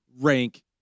rank